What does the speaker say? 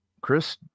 Chris